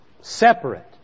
separate